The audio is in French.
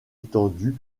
étendue